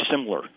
similar